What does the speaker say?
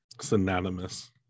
Synonymous